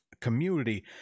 community